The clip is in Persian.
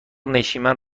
نشیمن